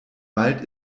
wald